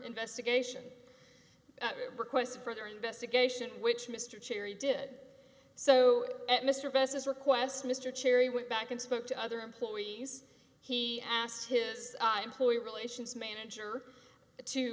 investigation request for their investigation which mr cherry did so at mr best his request mr cherry went back and spoke to other employees he asked his employee relations manager to